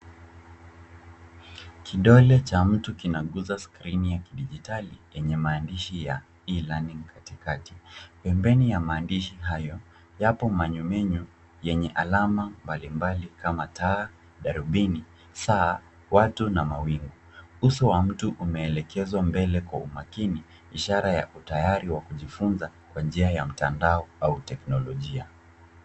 Kidole cha mtu kinakuguza skrini ya kidigitali yenye maandishi ya e-learning katikati. Pembeni ya maandishi hayo, yapo manyuminyu yenye alama mbalimbali kama taa, darubini, saa, watu na mawingu. Uso wa mtu umeelekezwa mbele kwa umakini ishara ya tayari wa kujifunza kwa njia ya mtandao au teknolojia.